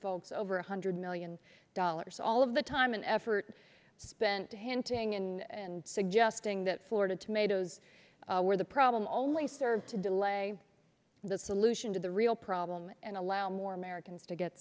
unfolds over one hundred million dollars all of the time and effort spent hinting and suggesting that florida tomatoes where the problem only serves to delay the solution to the real problem and allow more america to get